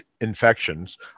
infections